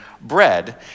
bread